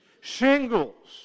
Shingles